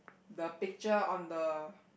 the picture on the